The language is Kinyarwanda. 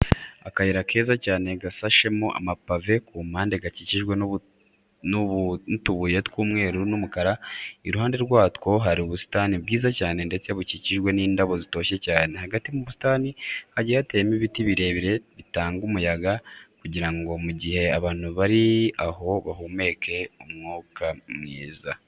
Akayira keza cyane gasashemo amapave, ku mpande gakikijwe n'utubuye tw'umweru n'umukara, iruhande rwatwo hari ubusitani bwiza cyane ndetse bukikijwe n'indabo zitoshye cyane. Hagati mu busitani hagiye hateyemo ibiti birebire bitanga umuyaga kugira ngo mu gihe abantu bari aho bahumeke umwuka mwiza.